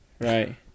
Right